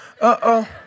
Uh-oh